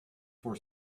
for